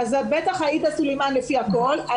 זו בטח עאידה סלימאן לפי הקול.